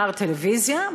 מר טלוויזיה,